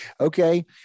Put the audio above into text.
Okay